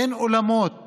אין אולמות